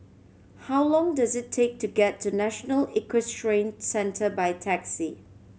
how long does it take to get to National Equestrian Centre by taxi